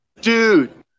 Dude